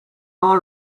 all